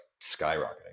skyrocketing